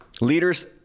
leaders